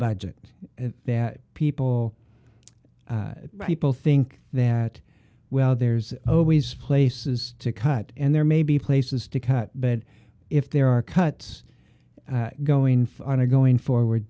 budget that people people think that well there's always places to cut and there may be places to cut but if there are cuts going on a going forward